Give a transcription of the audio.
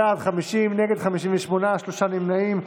בעד, 51, נגד, 59, שלושה נמנעים.